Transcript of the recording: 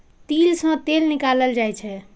तिल सं तेल निकालल जाइ छै